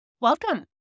Welcome